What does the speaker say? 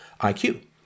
IQ